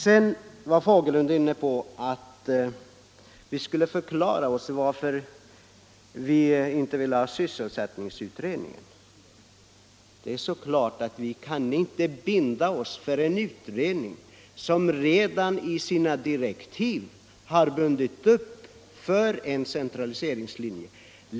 Sedan var herr Fagerlund inne på att vi borde förklara varför vi inte vill ha sysselsättningsutredningen. Det är klart att vi inte kan binda oss för en utredning som redan i sina direktiv är bunden för en centraliseringslinje.